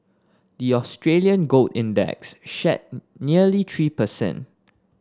the Australian gold index shed nearly three percent